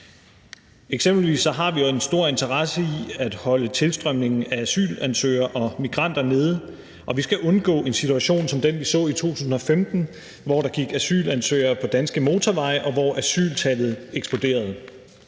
Eksempelvis har vi jo en stor interesse i at holde tilstrømningen af asylansøgere og migranter nede, og vi skal undgå en situation som den, vi så i 2015, hvor der gik asylansøgere på danske motorveje, og hvor asyltallet eksploderede.